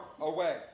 away